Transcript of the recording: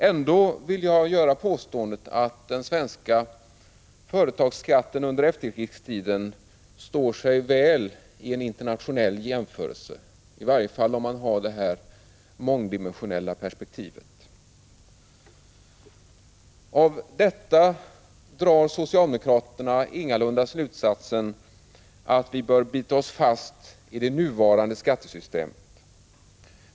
Ändå vill jag göra påståendet att den svenska företagsskatten under efterkrigstiden står sig väl vid en internationell jämförelse, i varje fall om man har det här mångdimensionella perspektivet. Av detta drar socialdemokraterna ingalunda slutsatsen att vi bör bita oss fast i det nuvarande skattesystemet.